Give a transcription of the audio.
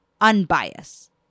unbiased